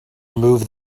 removed